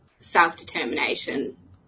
self-determination